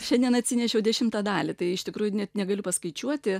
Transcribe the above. šiandien atsinešiau dešimtą dalį tai iš tikrųjų net negaliu paskaičiuoti